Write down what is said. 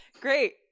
great